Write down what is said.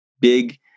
big